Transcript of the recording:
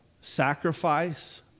sacrifice